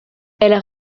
elles